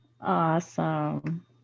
Awesome